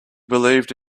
believed